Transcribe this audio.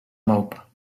małpa